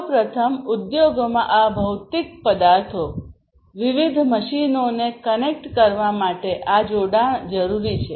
સૌ પ્રથમ ઉદ્યોગોમાં આ ભૌતિક પદાર્થો વિવિધ મશીનોને કનેક્ટ કરવા માટે આ જોડાણ જરૂરી છે